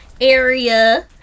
area